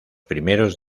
primeros